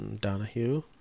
Donahue